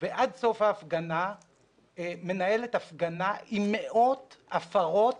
ועד סוף ההפגנה מנהלת הפגנה עם מאות הפרות